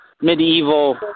medieval